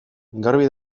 garbi